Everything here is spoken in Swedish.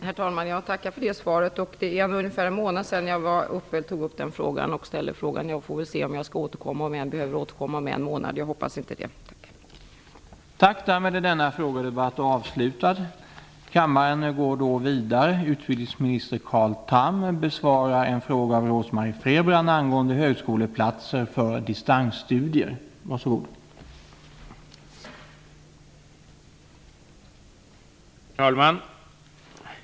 Herr talman! Jag tackar för svaret. Det var ungefär en månad sedan jag ställde denna fråga. Jag får se om jag behöver återkomma om en månad. Jag hoppas att det inte är så.